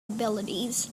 abilities